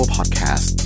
Podcast